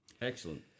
Excellent